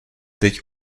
teď